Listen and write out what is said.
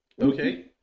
Okay